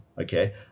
okay